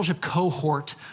cohort